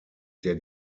der